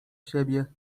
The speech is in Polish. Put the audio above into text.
siebie